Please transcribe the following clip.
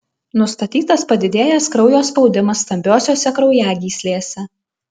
nustatytas padidėjęs kraujo spaudimas stambiosiose kraujagyslėse